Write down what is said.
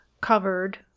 covered